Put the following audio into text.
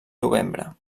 novembre